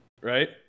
right